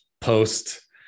post